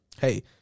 hey